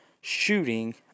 shooting